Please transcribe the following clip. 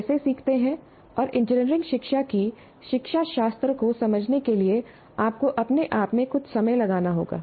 लोग कैसे सीखते हैं और इंजीनियरिंग शिक्षा की शिक्षाशास्त्र को समझने के लिए आपको अपने आप में कुछ समय लगाना होगा